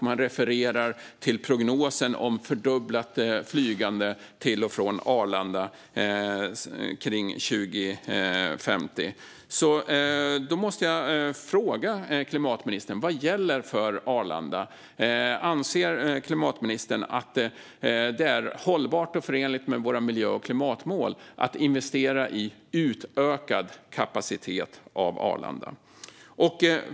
Man refererar till prognosen om fördubblat flygande till och från Arlanda kring 2050. Därför måste jag fråga klimatministern: Vad gäller för Arlanda? Anser klimatministern att det är hållbart och förenligt med våra miljö och klimatmål att investera i utökad kapacitet av Arlanda?